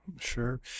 Sure